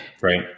right